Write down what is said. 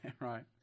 right